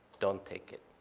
don't take it.